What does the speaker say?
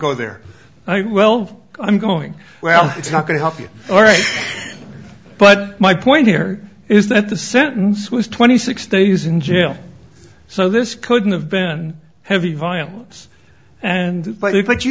go there i well i'm going well it's not going to help you all right but my point here is that the sentence was twenty six days in jail so this couldn't have been heavy violence and look like you